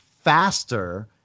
faster